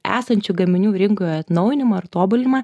esančių gaminių rinkoje atnaujinimą ir tobulinimą